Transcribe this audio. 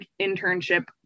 internship